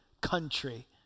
country